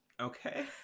Okay